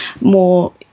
more